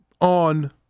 on